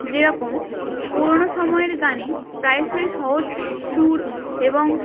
যেরকম পুরোনো সময়ের গানে প্রায়শই সহজ সুর এবং